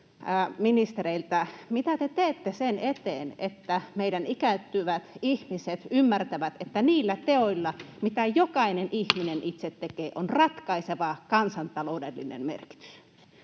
mitä te teette sen eteen, että meidän ikääntyvät ihmiset ymmärtävät, että niillä teoilla, mitä jokainen ihminen itse tekee, on ratkaiseva kansantaloudellinen merkitys?